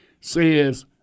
says